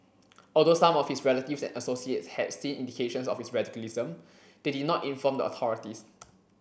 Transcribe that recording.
although some of his relatives and associates had seen indications of his radicalism they did not inform the authorities